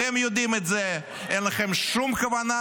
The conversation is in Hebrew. אתם יודעים את זה, אין לכם שום כוונה